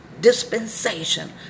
dispensation